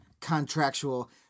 contractual